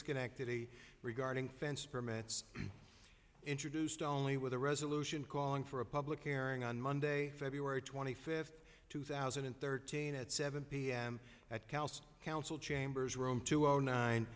schenectady regarding fence permits introduced only with a resolution calling for a public airing on monday february twenty fifth two thousand and thirteen at seven p m at cal's council chambers room two zero nine